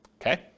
okay